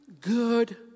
good